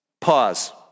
pause